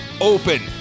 open